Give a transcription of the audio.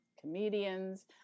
comedians